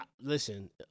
Listen